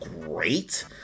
great